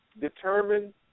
determine